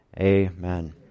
amen